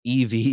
EV